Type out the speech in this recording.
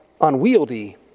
unwieldy